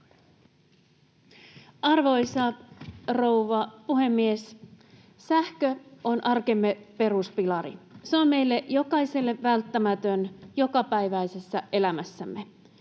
Arvoisa rouva puhemies! Sähkö on arkemme peruspilari. Se on meille jokaiselle välttämätön jokapäiväisessä elämässämme.